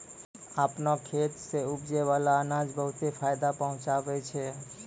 आपनो खेत सें उपजै बाला अनाज बहुते फायदा पहुँचावै छै